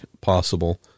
possible